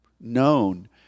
known